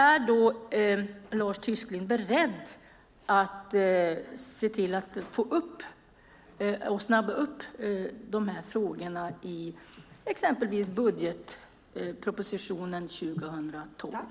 Är Lars Tysklind beredd att se till att snabba upp dessa frågor och ta med dem i exempelvis budgetpropositionen 2012?